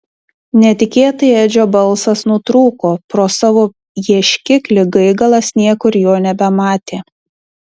netikėtai edžio balsas nutrūko pro savo ieškiklį gaigalas niekur jo nebematė